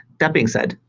that being said,